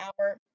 hour